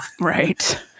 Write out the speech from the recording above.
right